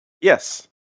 Yes